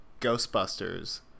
Ghostbusters